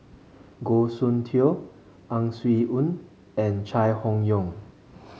Goh Soon Tioe Ang Swee Aun and Chai Hon Yoong